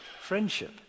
friendship